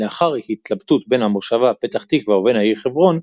לאחר התלבטות בין המושבה פתח תקווה ובין העיר חברון,